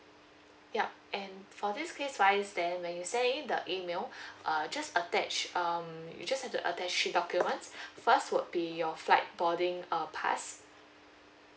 yup and for this case wise then when you send in the email uh just attach um you just need to attach three documents first would be your flight boarding uh pass